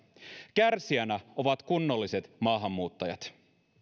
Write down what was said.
kärsijinä ovat kunnolliset maahanmuuttajat